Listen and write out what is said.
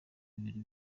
bibiri